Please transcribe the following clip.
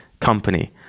company